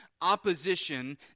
opposition